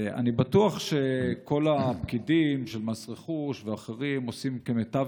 אני בטוח שכל הפקידים של מס רכוש ואחרים עושים כמיטב